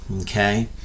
okay